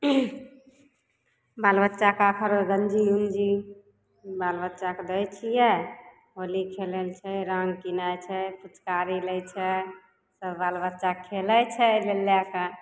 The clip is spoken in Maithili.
बाल बच्चाके अखरो गँजी उँजी बाल बच्चाके दै छियै होली खेललकै रङ्ग किनाइ छै फुचकारी लै छै तब बाल बच्चा खेलय छै ओइमे लए के